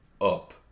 up